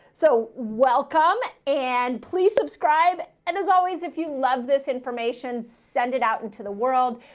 so welcome. and please subscribe. and as always, if you love this information, send it out into the world.